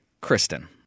Kristen